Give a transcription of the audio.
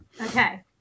Okay